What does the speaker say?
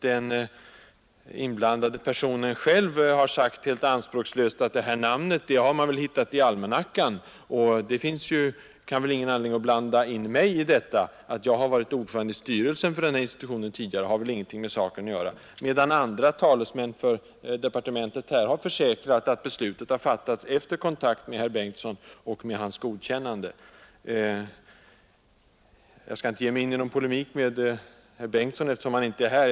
Den inblandade personen själv har sagt helt anspråkslöst, att man väl har hittat namnet i almanackan, att det inte finns någon anledning att blanda in honom i detta och att ett tidigare ordförandeskap i styrelsen för institutionen inte har med saken att göra. Talesmän för socialdepartementet har emellertid försäkrat att beslutet har fattats efter kontakt med herr Bengtsson och med hans godkännande. Jag skall inte ge mig in i någon polemik med herr Bengtsson, eftersom han inte är här.